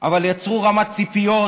אבל יצרו רמת ציפיות